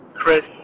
Chris